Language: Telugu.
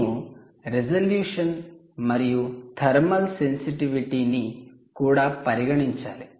నేను రిజల్యూషన్ మరియు థర్మల్ సేన్సిటివిటి ని కూడా పరిగణించాలి